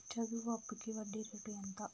చదువు అప్పుకి వడ్డీ రేటు ఎంత?